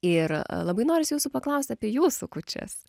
ir labai norisi jūsų paklausti apie jūsų kūčias